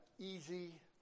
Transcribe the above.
Easy